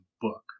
book